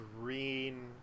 Green